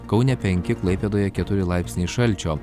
kaune penki klaipėdoje keturi laipsniai šalčio